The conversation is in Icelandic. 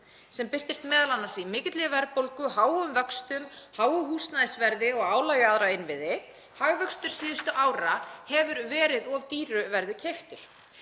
sem birtist m.a. í mikilli verðbólgu, háum vöxtum, háu húsnæðisverði og álagi á aðra innviði. Hagvöxtur síðustu ára hefur verið of dýru verði keyptur.